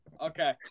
Okay